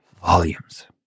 volumes